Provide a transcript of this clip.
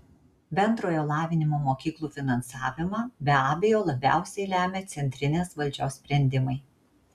bendrojo lavinimo mokyklų finansavimą be abejo labiausiai lemia centrinės valdžios sprendimai